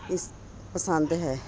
ਇਸ ਪਸੰਦ ਹੈ